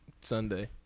Sunday